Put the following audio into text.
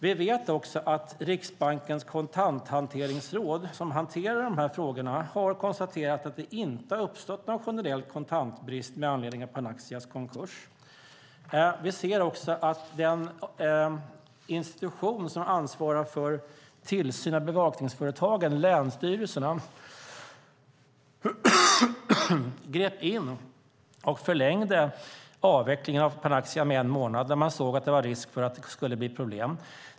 Vi vet att Riksbankens kontanthanteringsråd, som hanterar de här frågorna, har konstaterat att det inte har uppstått någon generell kontantbrist med anledning av Panaxias konkurs. Vi vet också att den institution som ansvarar för tillsyn av bevakningsföretagen, länsstyrelsen, grep in och förlängde avvecklingen av Panaxia med en månad när man såg att det fanns risk för att det skulle bli problem.